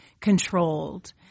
controlled